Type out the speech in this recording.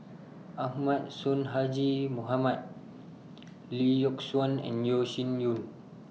Ahmad Sonhadji Mohamad Lee Yock Suan and Yeo Shih Yun